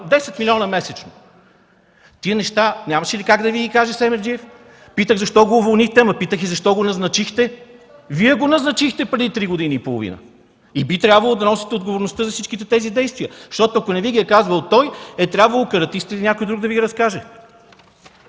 10 милиона месечно? Тези неща нямаше ли как да Ви ги каже Семерджиев? Питах защо го уволнихте, ама питах и защо го назначихте? Вие го назначихте преди три години и половина и би трябвало да носите отговорността за всичките тези действия. Защото, ако не Ви ги е казвал той, е трябвало Каратистът или някой друг да Ви ги разкаже.